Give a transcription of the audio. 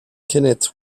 kenneth